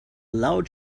loud